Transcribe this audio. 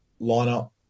lineup